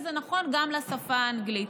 וזה נכון גם לשפה האנגלית.